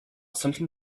something